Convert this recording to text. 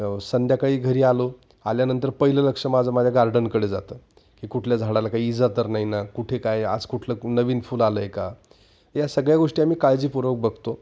संध्याकाळी घरी आलो आल्यानंतर पहिलं लक्ष माझं माझ्या गार्डनकडे जातं की कुठल्या झाडाला काही ईजा तर नाही ना कुठे काय आज कुठलं नवीन फूल आलं आहे का या सगळ्या गोष्टी आम्ही काळजीपूर्वक बघतो